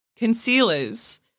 concealers